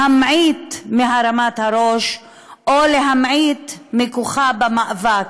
להמעיט מהרמת הראש או להמעיט מכוחה במאבק.